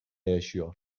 yaşıyor